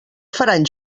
faran